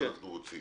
אנחנו רוצים